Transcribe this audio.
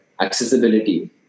accessibility